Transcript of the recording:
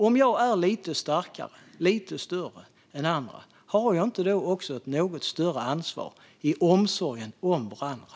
Om jag är lite större och starkare, har jag då inte också ett något större ansvar i omsorgen om andra?